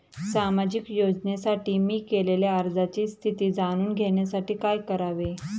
सामाजिक योजनेसाठी मी केलेल्या अर्जाची स्थिती जाणून घेण्यासाठी काय करावे?